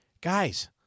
guys